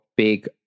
Big